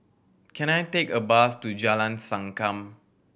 can I take a bus to Jalan Sankam